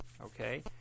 Okay